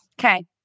Okay